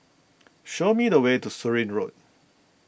show me the way to Surin Road